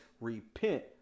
repent